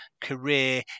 career